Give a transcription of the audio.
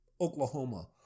Oklahoma